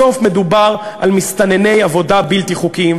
בסוף מדובר על מסתנני עבודה בלתי חוקיים,